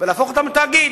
ולהפוך אותם לתאגיד.